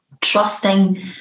trusting